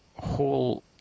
Whole